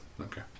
Okay